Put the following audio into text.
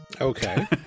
Okay